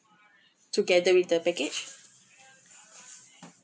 together with the package